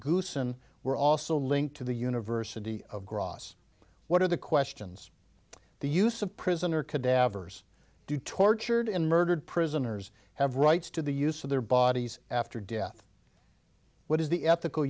goosen were also linked to the university of grosse what are the questions the use of prisoner cadavers do tortured and murdered prisoners have rights to the use of their bodies after death what is the ethical